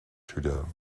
trudeau